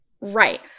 Right